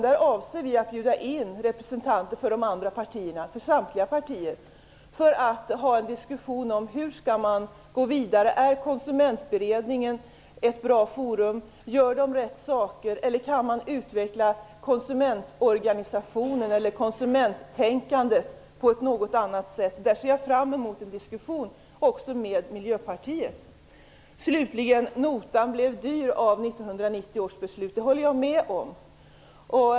Vi avser att bjuda in representanter för samtliga partier till en diskussion om hur man skall gå vidare. Är Konsumentberedningen ett bra forum? Gör de rätt saker? Eller kan man utveckla konsumentorganisationer eller konsumenttänkandet på ett annat sätt? Jag ser fram emot en diskussion också med Miljöpartiet. Slutligen: Notan blev dyr av 1990 års beslut, det håller jag med om.